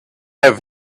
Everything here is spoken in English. have